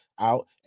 out